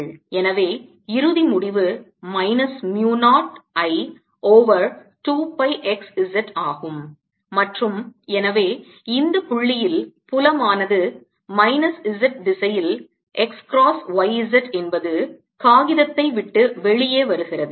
எனவே இறுதி முடிவு minus mu 0 I over 2 pi x z ஆகும் மற்றும் எனவே இந்த புள்ளியில் புலம் ஆனது மைனஸ் z திசையில் x cross y z என்பது காகிதத்தை விட்டு வெளியே வருகிறது